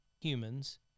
humans